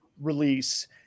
release